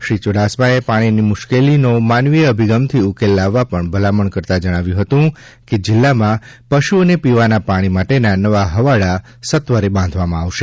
શ્રી ચુડાસમાએ પાણીની મુશ્કેલીનો માનવીય અભિગમથી ઉકેલ લાવવા ભલામણ કરતા જણાવ્યું કે જિલ્લામાં પશુઓને પીવાના પાણી માટેના નવા હવાડા સત્વરે બાંધવામાં આવશે